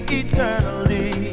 eternally